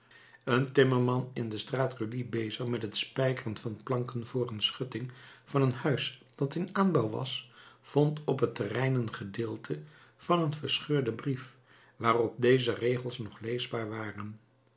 een timmerman in de straat rueilly bezig met het spijkeren van planken voor een schutting van een huis dat in aanbouw was vond op het terrein een gedeelte van een verscheurden brief waarop deze regels nog leesbaar waren